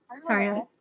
sorry